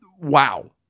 wow